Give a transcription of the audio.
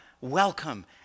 welcome